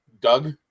Doug